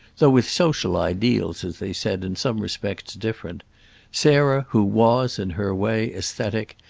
though with social ideals, as they said, in some respects different sarah who was, in her way, aesthetic,